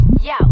yo